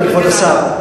אדוני כבוד השר,